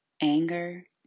anger